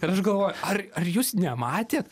ir aš galvoju ar ar jūs nematėt